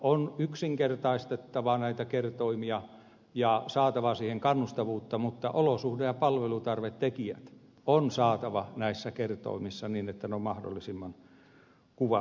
on yksinkertaistettava näitä kertoimia ja saatava siihen kannustavuutta mutta olosuhde ja palvelutarvetekijät on saatava näissä kertoimissa sellaisiksi että ne ovat mahdollisimman kuvaavat